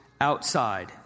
outside